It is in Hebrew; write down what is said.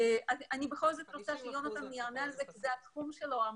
זה התחום שלו.